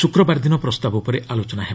ଶୁକ୍ରବାର ଦିନ ପ୍ରସ୍ତାବ ଉପରେ ଆଲୋଚନା ହେବ